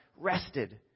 rested